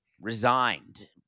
resigned